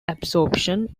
absorption